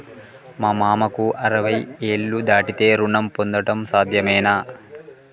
మా మామకు అరవై ఏళ్లు దాటితే రుణం పొందడం సాధ్యమేనా?